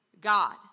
God